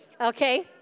Okay